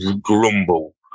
grumble